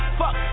fuck